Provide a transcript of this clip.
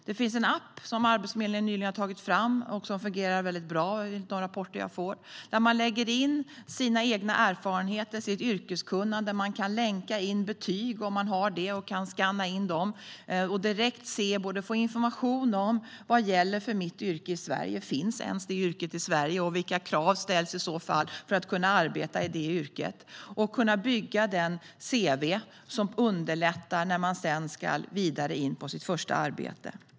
Det finns en app som Arbetsförmedlingen nyligen har tagit fram, som fungerar väldigt bra enligt de rapporter jag får, där man lägger in sina erfarenheter och sitt yrkeskunnande. Man kan länka till betyg om man har det. Man kan skanna in det och direkt få information om vad som gäller för ens yrke i Sverige. Finns det yrket i Sverige, och vilka krav ställs i så fall för att man ska kunna arbeta i det yrket? Man kan bygga ett cv, som underlättar när man sedan ska vidare till sitt första arbete.